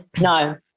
No